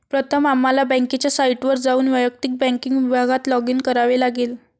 प्रथम आम्हाला बँकेच्या साइटवर जाऊन वैयक्तिक बँकिंग विभागात लॉगिन करावे लागेल